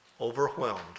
overwhelmed